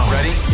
Ready